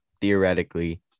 theoretically